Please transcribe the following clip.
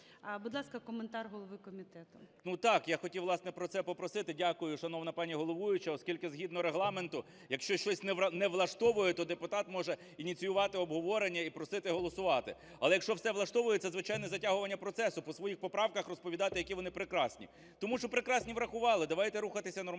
Будь ласка, коментар голови комітету.